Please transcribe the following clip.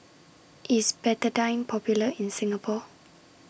IS Betadine Popular in Singapore